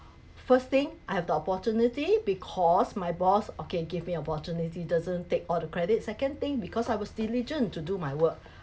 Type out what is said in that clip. first thing I have the opportunity because my boss okay give me opportunity doesn't take all the credit second thing because I was diligent to do my work